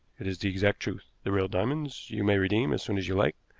it is the exact truth. the real diamonds you may redeem as soon as you like,